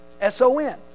S-O-N